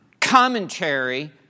commentary